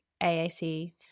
AAC